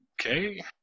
Okay